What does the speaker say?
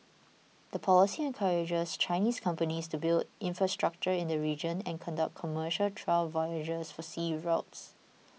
the policy encourages Chinese companies to build infrastructure in the region and conduct commercial trial voyages for sea routes